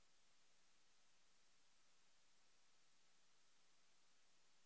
לתקנון הכנסת הוועדה תבחר יושב-ראש מבין חבריה לפי